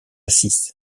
six